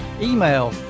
Email